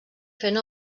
fent